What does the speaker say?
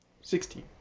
Sixteen